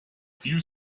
few